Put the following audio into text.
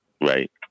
Right